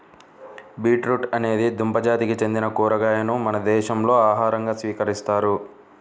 beetroot అనేది దుంప జాతికి చెందిన కూరగాయను మన దేశంలో ఆహారంగా స్వీకరిస్తారు